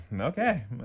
okay